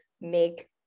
make